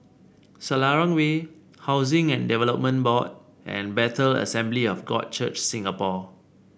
Selarang Way Housing and Development Board and Bethel Assembly of God Church Singapore